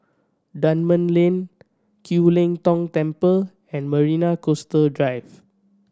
Dunman Lane Kiew Lee Tong Temple and Marina Coastal Drive